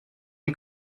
une